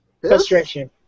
Frustration